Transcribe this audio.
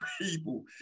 people